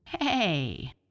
Hey